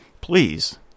please